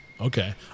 Okay